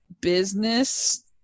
business